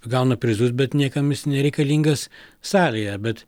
gauna prizus bet niekam jis nereikalingas salėje bet